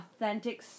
authentic